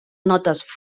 notes